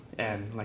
and like